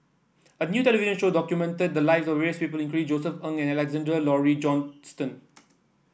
a new television show documented the lives of various people including Josef Ng and Alexander Laurie Johnston